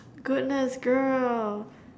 goodness girl